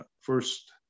First